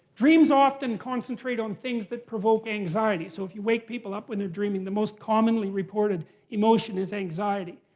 dreams often concentrate on things that provoke anxiety. so if you wake people up when they're dreaming, the most commonly reported emotion is anxiety.